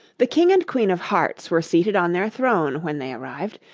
the king and queen of hearts were seated on their throne when they arrived,